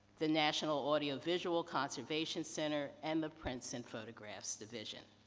the national audio visual conservation center, and the princeton photographs division.